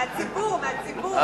מהציבור, מהציבור.